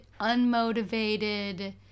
unmotivated